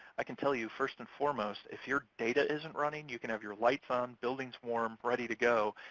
i can tell you first and foremost, if your data isn't running, you can have your lights on, building's warm, ready to go,